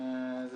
זה